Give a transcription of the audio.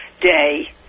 day